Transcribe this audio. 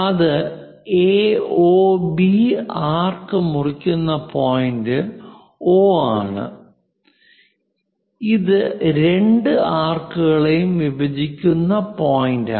ഇത് A O B ആർക്ക് മുറിക്കുന്ന പോയിന്റ് O ആണ് ഇത് രണ്ട് ആർക്കുകളെയുംവിഭജിക്കുന്ന പോയിന്റാണ്